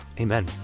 Amen